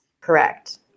Correct